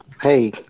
Hey